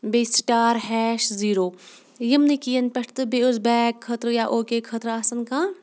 بیٚیہِ star hash zero یِم نہٕ کِیَن پٮ۪ٹھ تہٕ بیٚیہِ اوس بیگ خٲطرٕ یا او کے خٲطرٕ آسَان کانٛہہ